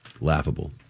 Laughable